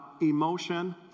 emotion